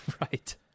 Right